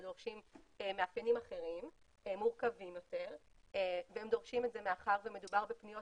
דורשים מאפיינים אחרים מורכבים יותר ודורשים את זה מאחר ומדובר בפניות